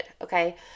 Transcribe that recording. okay